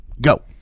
go